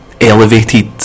elevated